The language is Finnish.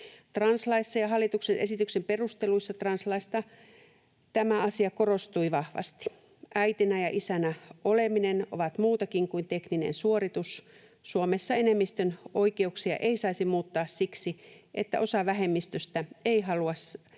Translaissa ja hallituksen esityksen perusteluissa translaista tämä asia korostui vahvasti. Äitinä ja isänä oleminen on muutakin kuin tekninen suoritus. Suomessa enemmistön oikeuksia ei saisi muuttaa siksi, että osa vähemmistöstä ei halua sanoja